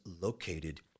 located